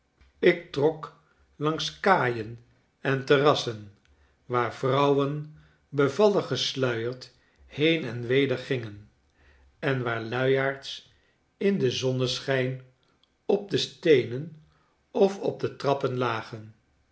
ik trok langs kaaien en terrassen waar vrouwen bevalliggesluierd heen en weder gingen en waar luiaards in den zonneschijn op de steenen of op de trappen lagen